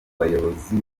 bayobozi